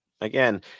Again